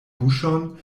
buŝon